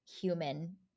human